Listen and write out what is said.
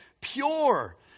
pure